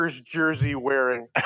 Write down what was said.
jersey-wearing